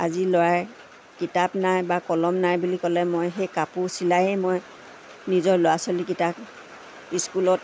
আজি লৰাই কিতাপ নাই বা কলম নাই বুলি ক'লে মই সেই কাপোৰ চিলাইয়ে মই নিজৰ ল'ৰা ছোৱালীকিটাক স্কুলত